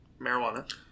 marijuana